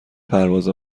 پرواز